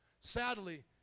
sadly